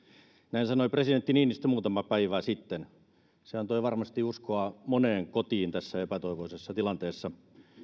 näin sanoi presidentti niinistö muutama päivä sitten se antoi varmasti uskoa moneen kotiin tässä epätoivoisessa tilanteessa